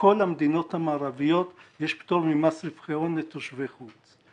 בכל המדינות המערביות יש פטור ממס רווחי הון לתושבי חוץ.